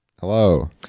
Hello